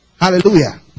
Hallelujah